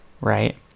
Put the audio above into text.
right